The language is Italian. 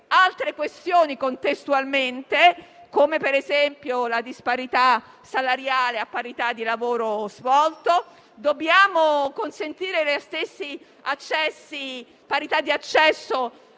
altre questioni, come per esempio la disparità salariale a parità di lavoro svolto; dobbiamo consentire parità di accesso